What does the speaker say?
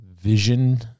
vision